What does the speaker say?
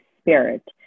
spirit